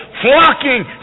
flocking